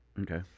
Okay